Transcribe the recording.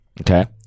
Okay